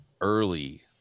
early